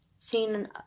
Seen